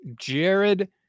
Jared